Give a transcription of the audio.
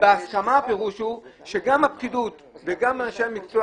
הסכמה פירושה שגם הפקידות וגם אנשי המקצוע